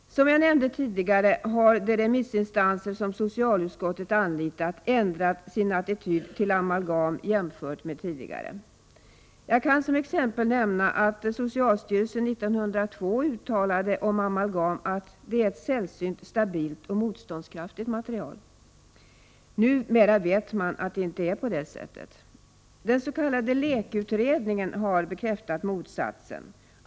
Som jag nämnde tidigare har de remissinstanser som socialutskottet anlitat ändrat sin tidigare attityd till amalgam. Jag kan som exempel nämna att socialstyrelsen år 1982 uttalade om amalgam att ”det är ett sällsynt stabilt och motståndskraftigt material”. Numera vet man att det inte är på det sättet. Den s.k. LEK-utredningen har bekräftat motsatsen.